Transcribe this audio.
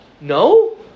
No